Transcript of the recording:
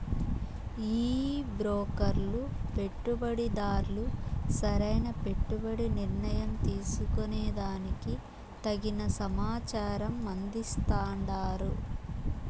ఈ బ్రోకర్లు పెట్టుబడిదార్లు సరైన పెట్టుబడి నిర్ణయం తీసుకునే దానికి తగిన సమాచారం అందిస్తాండారు